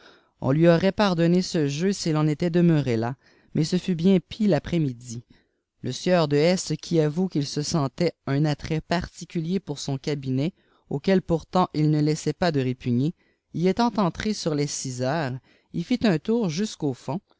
on lui aurait pardonné ce jeu s'il en était de meure là mais ce fut bien pis l'après-midi le sieur de s qui avoue qu'il se sentait un attrait particulier pour son cabinet auquel pourtant il ne laissait pas de répugner y étant entré sur les six heures y fit un tour jusqu'au fond